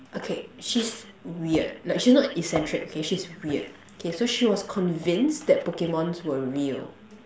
okay she's weird like she's not eccentric okay she's weird okay so she was convinced that Pokemon's were real